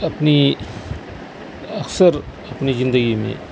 اپنی اکثر اپنی زندگی میں